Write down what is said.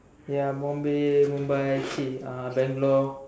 ya Bombay Mumbai !chsi! Bangalore